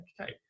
okay